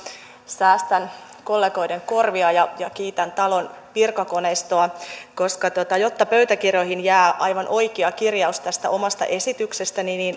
säästän kollegoiden korvia ja ja kiitän talon virkakoneistoa koska jotta pöytäkirjoihin jää aivan oikea kirjaus tästä omasta esityksestäni